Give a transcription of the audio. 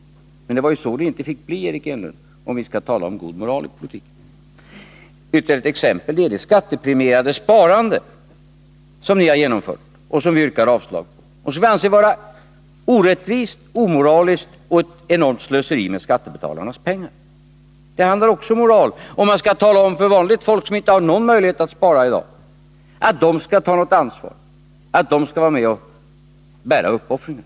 Men det var ju så det inte fick bli, Eric Enlund — om vi skall tala om god moral i politiken. Ett ytterligare exempel är det skattepremierade sparande som ni har genomfört och som vi yrkat avslag på och anser vara orättvist och omoraliskt och ett enormt slöseri med skattebetalarnas pengar. Här handlar det också om moral — om man skall tala om för vanligt folk, som inte har någon möjlighet att spara i dag, att de skall ta ansvar och vara med och bära uppoffringar.